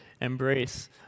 embrace